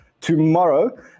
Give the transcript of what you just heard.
tomorrow